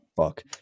fuck